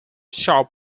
shop